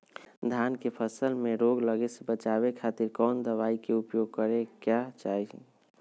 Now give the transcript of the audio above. धान के फसल मैं रोग लगे से बचावे खातिर कौन दवाई के उपयोग करें क्या चाहि?